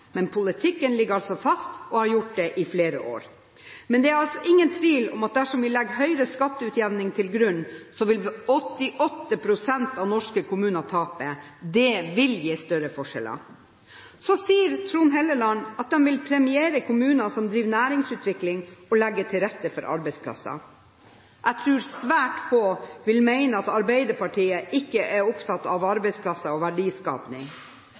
Men politikken ligger altså fast, og har gjort det i flere år. Men det er ingen tvil om at dersom vi legger Høyres skatteutjevning til grunn, vil 88 pst. av norske kommuner tape. Det vil gi større forskjeller. Så sier Trond Helleland at de vil premiere kommuner som driver næringsutvikling, og legge til rette for arbeidsplasser. Jeg tror svært få vil mene at Arbeiderpartiet ikke er opptatt av arbeidsplasser og